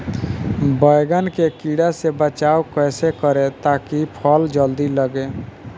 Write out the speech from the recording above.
बैंगन के कीड़ा से बचाव कैसे करे ता की फल जल्दी लगे?